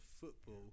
football